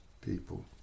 people